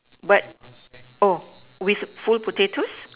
but oh with full potatoes